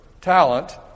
talent